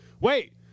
wait